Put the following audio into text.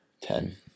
Ten